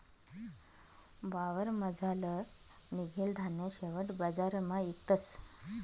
वावरमझारलं निंघेल धान्य शेवट बजारमा इकतस